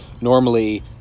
normally